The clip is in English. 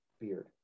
beard